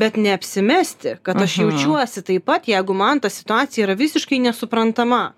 bet neapsimesti kad aš jaučiuosi taip pat jeigu man ta situacija yra visiškai nesuprantama